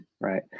right